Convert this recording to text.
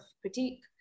critique